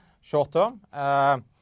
short-term